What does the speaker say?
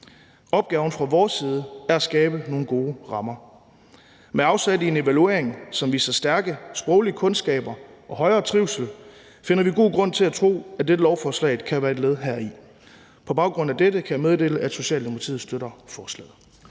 Opgaven fra vores side er at skabe nogle gode rammer. Med afsæt i en evaluering, som viser stærke sproglige kundskaber og højere trivsel, finder vi god grund til at tro, at dette lovforslag kan være et led heri. På baggrund af dette kan jeg meddele, at Socialdemokratiet støtter forslaget.